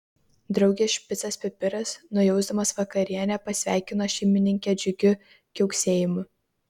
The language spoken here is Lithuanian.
draugės špicas pipiras nujausdamas vakarienę pasveikino šeimininkę džiugiu kiauksėjimu